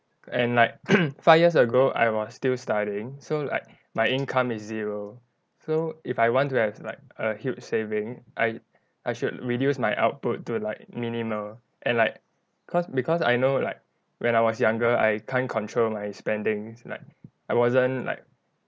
and like five years ago I was still studying so like my income is zero so if I want to have like a huge saving I I should reduce my output to like minimal and like cause because I know like when I was younger I can't control my spending like I wasn't like